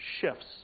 shifts